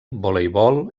voleibol